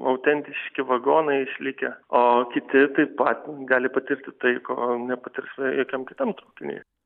autentiški vagonai išlikę o kiti taip pat gali patirti tai ko nepatirs jokiam kitam traukinyje